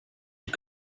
die